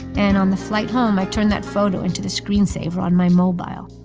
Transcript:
and on the flight home, i turned that photo into the screensaver on my mobile.